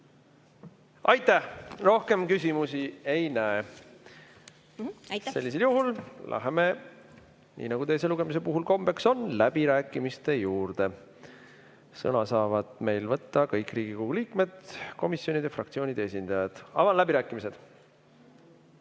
Aitäh! Rohkem küsimusi ei näe. Sellisel juhul läheme, nii nagu teise lugemise puhul kombeks on, läbirääkimiste juurde. Sõna saavad meil võtta kõik Riigikogu liikmed, komisjonide ja fraktsioonide esindajad. Avan läbirääkimised.